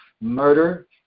murder